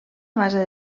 base